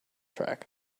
track